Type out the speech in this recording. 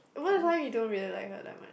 most of the time you don't really like her that much